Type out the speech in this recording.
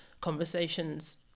conversations